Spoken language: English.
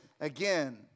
again